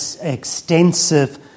extensive